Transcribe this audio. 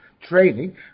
training